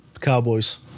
Cowboys